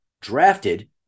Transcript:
drafted